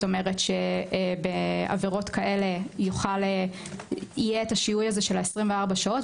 זאת אומרת שבעבירות כאלה יהיה את השיהוי הזה של ה-24 שעות,